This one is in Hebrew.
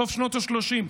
סוף שנות השלושים,